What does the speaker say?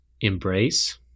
embrace